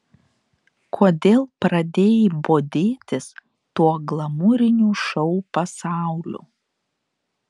kodėl pradėjai bodėtis tuo glamūriniu šou pasauliu